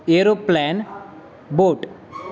aeroplane boat